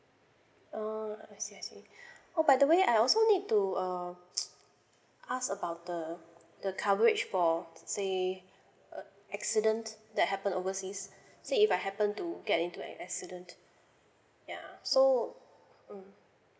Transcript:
orh I see I see oh by the way I also need to err ask about the the coverage for say uh accidents that happen overseas say if I happen to get into an accident yeah so mm